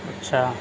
اچھا